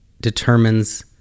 determines